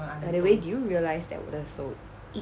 by the way do you realise that 我的手